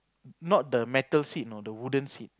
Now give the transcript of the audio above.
not the metal seat you know the wooden seat